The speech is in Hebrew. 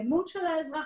האמון של האזרח.